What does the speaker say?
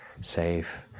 safe